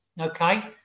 okay